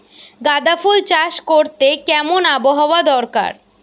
গাঁদাফুল চাষ করতে কেমন আবহাওয়া দরকার?